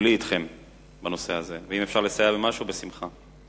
כולי אתכם בנושא הזה ואם אפשר לסייע במשהו, בשמחה.